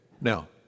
now